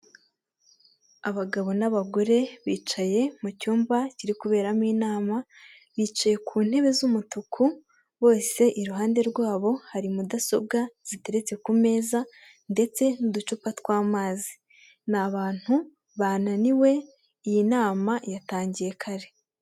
Abagabo n'abagore bicaye mu cyumba kiri kuberamo inama bicaye ku ntebe z'umutuku, bose iruhande rwabo hari mudasobwa ziteretse ku meza ndetse n'uducupa tw'amazi ni abantu bananiwe iyi nama yatangiye kare.